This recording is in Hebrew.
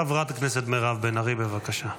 חברת הכנסת מירב בן ארי, בבקשה.